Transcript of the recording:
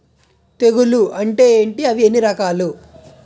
తెగులు అంటే ఏంటి అవి ఎన్ని రకాలు?